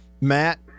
Matt